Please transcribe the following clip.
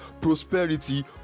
prosperity